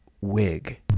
wig